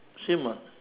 same [what]